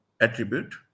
attribute